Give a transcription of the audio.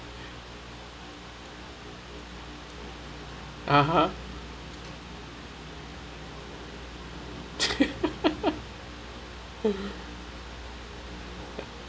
(uh huh)